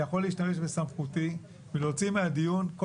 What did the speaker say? אני יכול להשתמש בסמכותי ולהוציא מהדיון כל